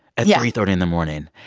at yeah three thirty in the morning.